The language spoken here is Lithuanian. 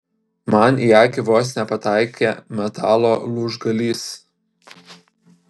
man į akį vos nepataikė metalo lūžgalys